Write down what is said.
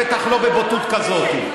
בטח לא בבוטות כזאת,